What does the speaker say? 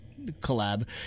collab